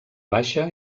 baixa